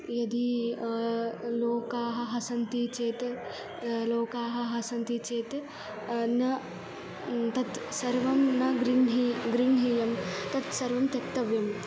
यदि लोकः हसति चेत् लोकः हसति चेत् न तत् सर्वं न गृह्णि ग्रहीतव्यं तत् सर्वं त्यक्तव्यं